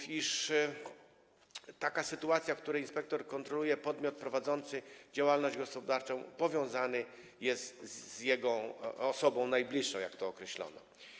Chodzi o taką sytuację, w której inspektor kontroluje podmiot prowadzący działalność gospodarczą powiązany z jego osobą najbliższą, jak to określono.